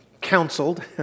counseled